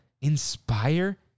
Inspire